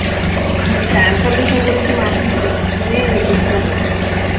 మీ transfer విషయం గురించి మాట్లాడుదామని పిలిచాను